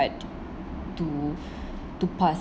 to to pass